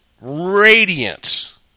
radiant